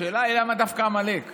השאלה היא למה דווקא עמלק,